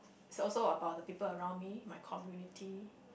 it's also about the people around me my community